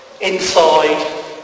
Inside